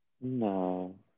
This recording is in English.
No